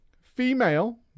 female